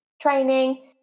training